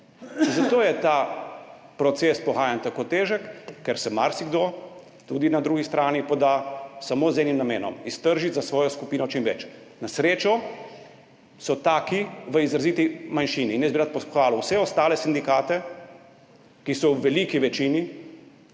Zato je ta proces pogajanj tako težek, ker se marsikdo, tudi na drugi strani, poda samo z enim namenom, iztržiti za svojo skupino čim več. Na srečo so taki v izraziti manjšini in jaz bi rad pohvalil vse ostale sindikate, ki so v veliki večini,